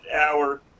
hour